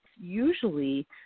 usually